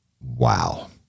Wow